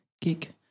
gig